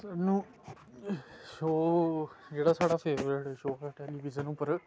show जेह्ड़ा स्हाड़ा favourite show ऐ टेलीविजन उप्पर